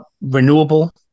renewable